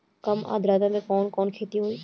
कम आद्रता में कवन कवन खेती होई?